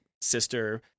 sister